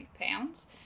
pounds